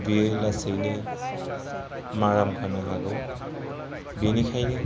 बियो लासैनो माराम खानो हागौ बेनिखायनो